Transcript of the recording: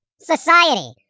society